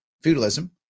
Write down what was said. feudalism